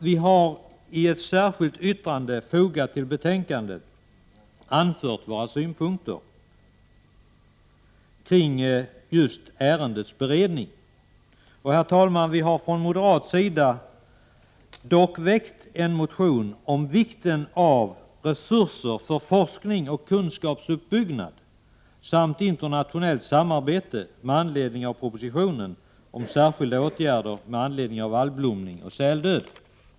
Vi har i ett särskilt yttrande, fogat till betänkandet, anfört våra synpunkter kring ärendets behandling. Herr talman! Vi har från moderat sida dock väckt en motion om vikten av resurser för forskning och kunskapsuppbyggnad samt internationellt samarbete, med anledning av propositionen om ”särskilda åtgärder med anledning av algblomning och säldöd”.